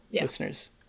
listeners